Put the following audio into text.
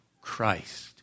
Christ